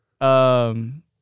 Um-